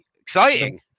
Exciting